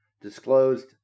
disclosed